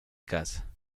casa